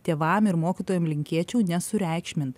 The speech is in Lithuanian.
tėvam ir mokytojam linkėčiau nesureikšmint